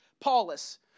Paulus